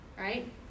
right